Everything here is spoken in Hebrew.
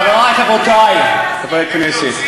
חברי וחברותי חברי הכנסת,